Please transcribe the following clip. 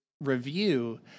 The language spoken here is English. review